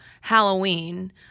Halloween